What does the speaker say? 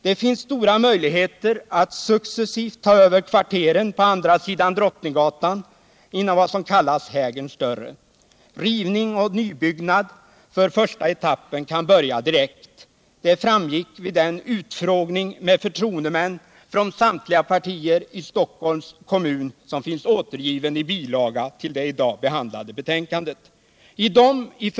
Det finns stora möjligheter att successivt ta över kvarteren på andra sidan Drottninggatan inom vad som kallas Hägern Större. Rivning och nybyggnad för första etappen kan börja direkt. Det framgick vid den utfrågning med förtroendemän från samtliga partier i Stockholms kommun, som finns återgiven i bilaga till det i dag behandlade betänkandet.